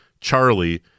Charlie